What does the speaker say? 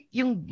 yung